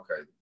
okay